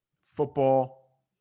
football